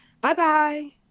bye-bye